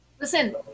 Listen